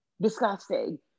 disgusting